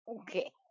Okay